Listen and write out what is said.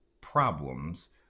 problems